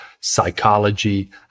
psychology